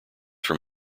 from